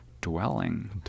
dwelling